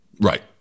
Right